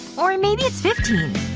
or maybe it's fifteen.